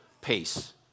pace